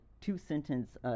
two-sentence